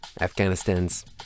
Afghanistan's